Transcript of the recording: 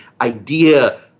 idea